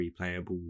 replayable